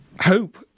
Hope